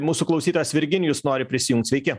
mūsų klausytojas virginijus nori prisijungt sveiki